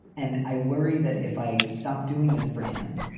and i worry that if i stop doing this for him,